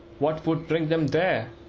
what would bring them there?